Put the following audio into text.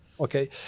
Okay